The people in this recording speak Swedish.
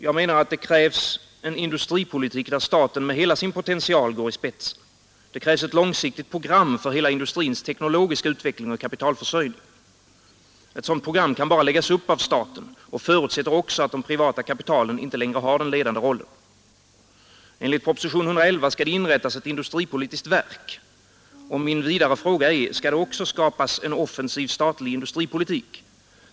Jag menar att det krävs en industripolitik där de företag staten med hela sin potential går i spetsen. Det krävs ett långsiktigt program för hela industrins teknologiska utveckling och kapitalförsörjning. Ett sådant program kan bara läggas upp av staten och förutsätter att de privata kapitalen inte längre har den ledande rollen. Enligt propositionen 111 skall det inrättas ett industripolitiskt verk. Min vidare fråga är: Skall det också skapas en offensiv statlig industripolitik?